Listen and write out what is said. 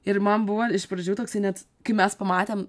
ir man buvo iš pradžių toksai net kai mes pamatėm